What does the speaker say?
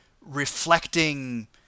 reflecting